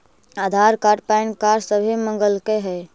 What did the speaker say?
आधार card PAN card सभे मगलके हे?